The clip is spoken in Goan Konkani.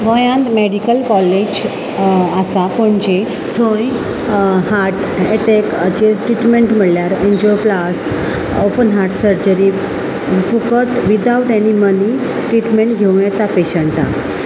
गोंयांत मेडिकल कॉलेज आसा पणजे थंय हार्ट एटॅकाचेर ट्रिटमेंट म्हणल्यार एनजिओफ्लास्ट ओपन हार्ट सर्जरी फुकट विदावट एनी मनी ट्रिटमेंट घेवं येता पेशंटां